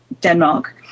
Denmark